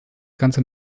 ganze